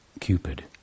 Cupid